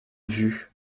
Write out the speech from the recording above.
vue